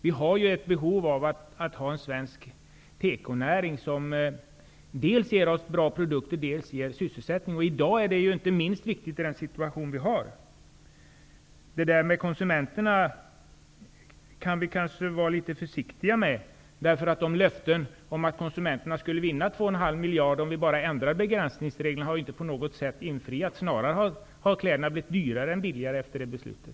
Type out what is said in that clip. Vi har ett behov av att ha en svensk tekonäring som dels ger oss bra produkter, dels ger sysselsättning. I dag är det inte minst viktigt, med tanke på den situation vi har. Det där med konsumenterna kan vi kanske vara litet försiktiga med. Löftet om att konsumenterna skulle vinna två och en halv miljard om vi bara ändrade begränsningsreglerna har inte på något sätt infriats. Snarare har kläderna blivit dyrare och inte billigare efter det beslutet.